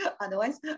Otherwise